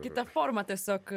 kita forma tiesiog